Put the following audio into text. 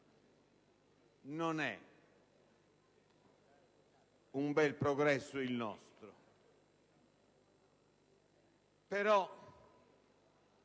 Non è un bel progresso, il nostro, però